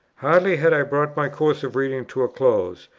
hardly had i brought my course of reading to a close,